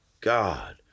God